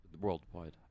Worldwide